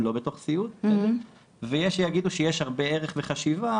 לא בתוך סיעוד ויש שיגידו שיש הרבה ערך וחשיבה,